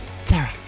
Sarah